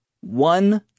one